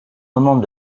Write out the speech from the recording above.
moment